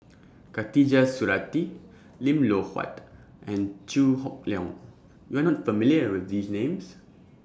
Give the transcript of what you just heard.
Khatijah Surattee Lim Loh Huat and Chew Hock Leong YOU Are not familiar with These Names